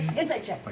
insight check. but